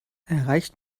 erreicht